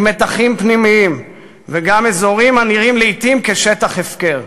עם מתחים פנימיים וגם עם אזורים הנראים לעתים כשטח הפקר.